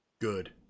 good